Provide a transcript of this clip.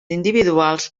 individuals